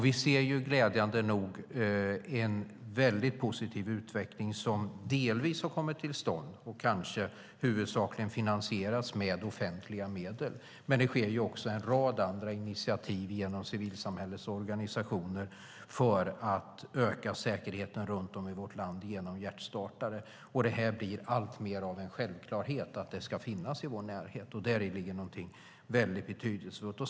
Vi ser glädjande nog en positiv utveckling som delvis har kommit till stånd och som kanske huvudsakligen finansieras med offentliga medel. Men det sker också en rad andra initiativ genom civilsamhällets organisationer för att öka säkerheten runt om i vårt land genom hjärtstartare. Det blir alltmer av en självklarhet att det ska finnas sådana i vår närhet. Däri ligger någonting betydelsefullt.